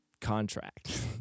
contract